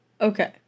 Okay